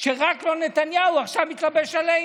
של "רק לא נתניהו" עכשיו מתלבש עלינו.